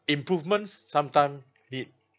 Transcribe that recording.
improvements sometime need